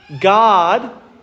God